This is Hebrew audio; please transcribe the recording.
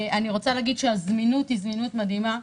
אני רוצה להגיד שהזמינות היא זמינות מדהימה.